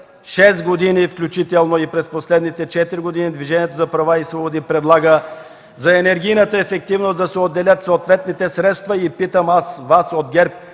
шест години, включително и през последните четири години Движението за права и свободи предлага за енергийната ефективност да се отделят съответните средства и питам аз Вас от ГЕРБ: